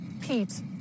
Pete